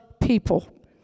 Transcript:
people